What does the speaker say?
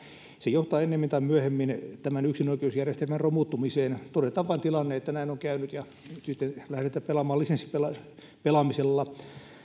se johtaa ennemmin tai myöhemmin tämän yksinoikeusjärjestelmän romuttumiseen todetaan vain tilanne että näin on käynyt ja lähdetään pelaamaan lisenssipelaamisella